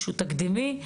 שהוא תקדימי,